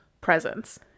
presence